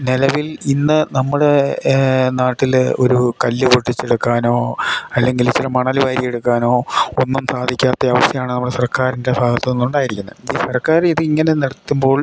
നിലവിൽ ഇന്ന് നമ്മുടെ നാട്ടിൽ ഒരു കല്ല് പൊട്ടിച്ചെടുക്കാനോ അല്ലെങ്കിൽ ഇച്ചിരി മണൽ വാരിയെടുക്കാനോ ഒന്നും സാധിക്കാത്ത അവസ്ഥയാണ് നമ്മളെ സർക്കാരിൻ്റെ ഭാഗത്തു നിന്നുണ്ടായിരിക്കുന്നത് ഈ സർക്കാർ ഇതിങ്ങനെ നിർത്തുമ്പോൾ